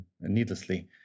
needlessly